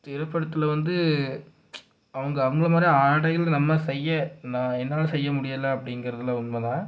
திரைப்படத்தில் வந்து அவங்க அவங்கள மாதிரி ஆடையில் நம்ம செய்ய நான் என்னால் செய்ய முடியல அப்படிங்கிறதுலாம் உண்மை தான்